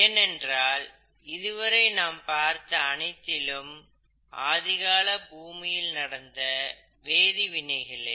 ஏனென்றால் இதுவரை நாம் பார்த்த அனைத்தும் ஆதிகால பூமியில் நடந்த வேதிவினைகளே